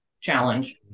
challenge